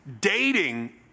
Dating